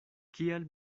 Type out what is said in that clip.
kial